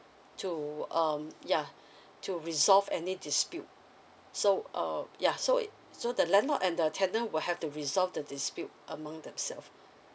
to um ya to resolve any dispute so uh ya so so the landlord and the tenant will have to resolve the dispute among themselves